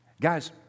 Guys